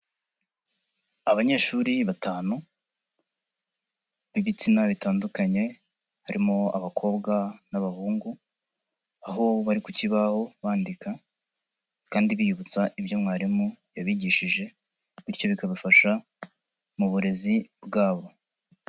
Abanyeshuri batanu b'ibitsina bitandukanye harimo abakobwa n'abahungu, aho bari ku kibaho bandika kandi biyibutsa ibyo mwarimu yabigishije, bityo bikabafasha mu burezi bwabo.